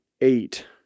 eight